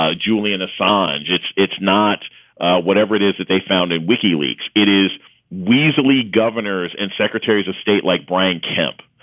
ah julian assange. it's it's not whatever it is that they founded wikileaks. it is weaselly governors and secretaries of state like brian kemp.